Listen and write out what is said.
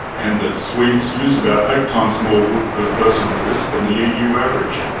and the swedes use about eight times more wood per person for this than the eu eu average.